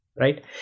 right